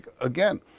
again